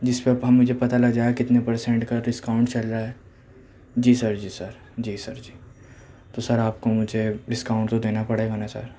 جس پہ ہم مجھے پتہ لگ جائے گا کہ کتنے پرسینٹ کا ڈسکاؤنٹ چل رہا ہے جی سر جی سر جی سر جی تو سر آپ کو مجھے ڈسکاؤنٹ دینا پڑے گا نا سر